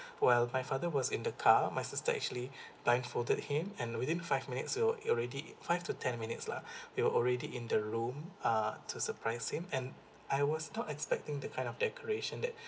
well my father was in the car my sister actually blindfolded him and within five minutes we're already five to ten minutes lah we're already in the room uh to surprise him and I was not expecting the kind of decoration that